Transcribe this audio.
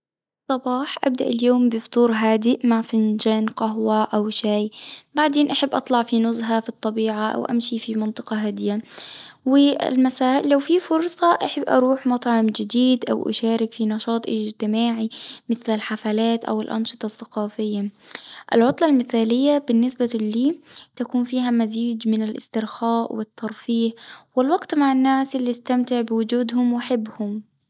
في الصباح أبدأ اليوم بفطور هادئ مع فنجان قهوة أو شاي، بعدين أحب أطلع في نزهة في الطبيعة أو أمشي في منطقة هادية، والمساء لو في فرصة أحب أروح مطعم جديد أو أشارك في نشاط اجتماعي، مثل الحفلات أو الأنشطة الثقافية، العطلة المثالية بالنسبة لي تكون فيها مزيج من الاسترخاء والترفيه، والوقت مع الناس اللي استمتع بوجودهم وحبهم.